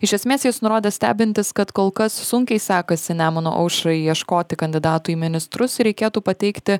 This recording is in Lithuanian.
iš esmės jis nurodė stebintis kad kol kas sunkiai sekasi nemuno aušrai ieškoti kandidatų į ministrus ir reikėtų pateikti